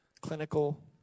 clinical